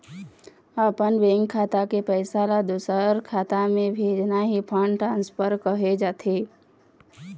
अपन बेंक खाता के पइसा ल दूसर के खाता म भेजना ही फंड ट्रांसफर कहे जाथे